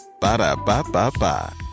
Ba-da-ba-ba-ba